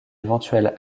éventuelle